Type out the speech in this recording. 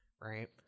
right